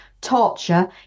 torture